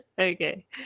Okay